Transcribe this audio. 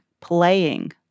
playing